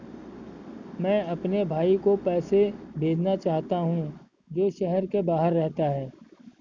मैं अपने भाई को पैसे भेजना चाहता हूँ जो शहर से बाहर रहता है